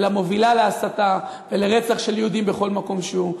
אלא מובילה להסתה ולרצח של יהודים בכל מקום שהוא,